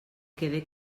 quede